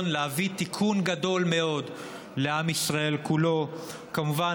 להביא תיקון גדול מאוד לעם ישראל כולו; כמובן,